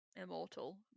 Immortal